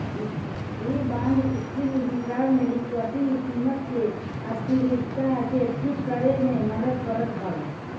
इ बांड स्थिर return equity कीमत के अस्थिरता के ठीक करे में मदद करत हवे